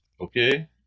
okay